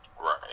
Right